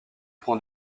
prend